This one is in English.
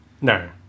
No